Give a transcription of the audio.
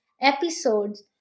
episodes